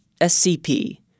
SCP